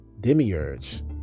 Demiurge